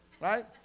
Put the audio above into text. right